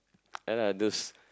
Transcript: ya lah those